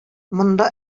монда